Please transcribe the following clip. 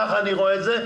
כך אני רואה את זה.